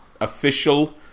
official